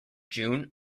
june